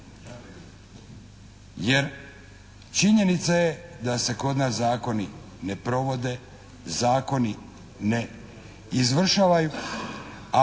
Jer, činjenica je da se kod nas zakoni ne provode, zakoni ne izvršavaju